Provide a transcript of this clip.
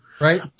right